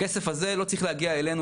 הכסף הזה לא צריך להגיע אלינו,